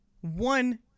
one